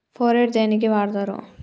Phorate దేనికి వాడుతరు?